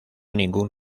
ningún